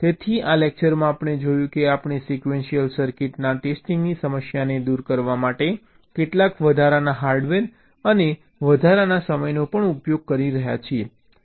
તેથી આ લેકચરમાં આપણે જોયું છે કે આપણે સિક્વેન્શિયલ સર્કિટના ટેસ્ટિંગની સમસ્યાને દૂર કરવા માટે કેટલાક વધારાના હાર્ડવેર અને વધારાના સમયનો પણ ઉપયોગ કરી રહ્યા છીએ